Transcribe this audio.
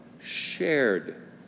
shared